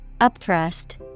Upthrust